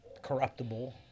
corruptible